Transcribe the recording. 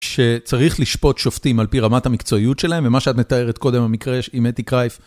שצריך לשפוט שופטים על פי רמת המקצועיות שלהם, ומה שאת מתארת קודם במקרה עם אתי קרייף.